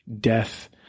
death